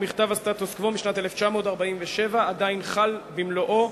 ומכתב הסטטוס-קוו משנת 1947 עדיין חל במלואו,